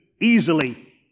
easily